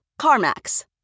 CarMax